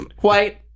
white